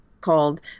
called